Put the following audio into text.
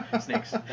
Snakes